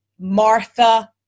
Martha